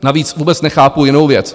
Navíc vůbec nechápu jinou věc.